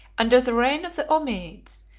under the reign of the ommiades,